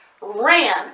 ran